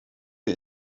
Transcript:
der